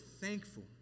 thankful